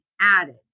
added